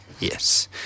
Yes